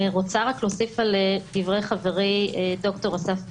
אני רוצה להוסיף על דברי חברי, דוקטור אסף וינר,